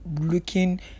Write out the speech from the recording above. looking